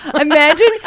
Imagine